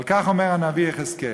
על כך אומר הנביא יחזקאל: